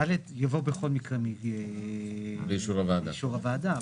(ד)יבוא בכל מקרה לאישור הוועדה.